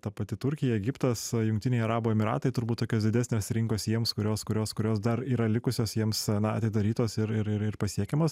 ta pati turkija egiptas jungtiniai arabų emyratai turbūt tokios didesnės rinkos jiems kurios kurios kurios dar yra likusios jiems na atidarytos ir ir ir ir pasiekiamos